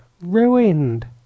ruined